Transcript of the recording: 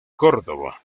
córdoba